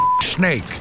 snake